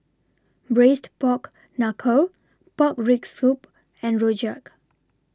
Braised Pork Knuckle Pork Rib Soup and Rojak